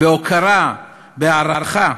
בהוקרה, בהערכה,